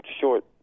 short